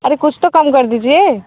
अरे कुछ तो कम कर दीजिए